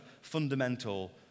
fundamental